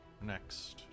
next